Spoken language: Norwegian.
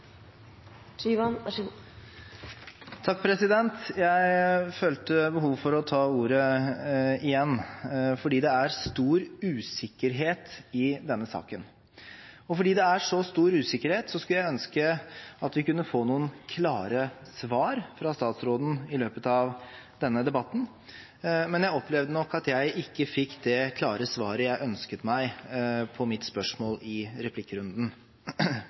det er så stor usikkerhet, skulle jeg ønske vi kunne få noen klare svar fra statsråden i løpet av denne debatten, men jeg opplevde nok at jeg ikke fikk det klare svaret jeg ønsket meg på mitt spørsmål i replikkrunden.